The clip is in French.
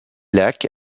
lac